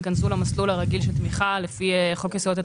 ייכנסו למסלול הרגיל של תמיכה לפי חוק יסודות התקציב.